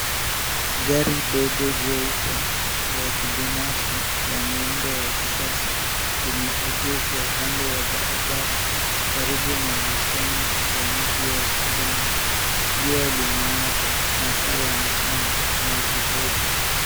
Gari dogo jeupe la kibinafsi la muundo wa kisasa limeegeshwa kando ya barabara karibu na bustani ya miti ya kijani. Jua limewaka masaa ya mchana. Kuna kivuli.